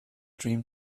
dream